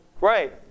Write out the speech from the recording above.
Right